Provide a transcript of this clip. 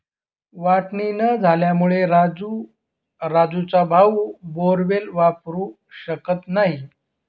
वाटणी न झाल्यामुळे राजू राजूचा भाऊ बोअरवेल वापरू शकत नाही